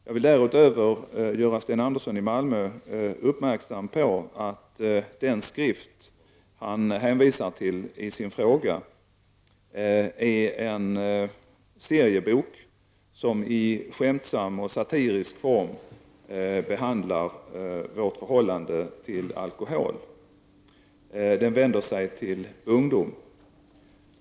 Jag vill därutöver göra Sten Andersson i Malmö uppmärksam på att den skrift han hänvisar till i sin fråga är en seriebok som i skämtsam och satirisk form behandlar vårt förhållande till alkohol. Den vänder sig till ungdom.